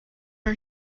our